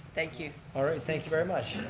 thank you. alright, thank you very much.